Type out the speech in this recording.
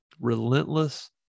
relentless